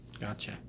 gotcha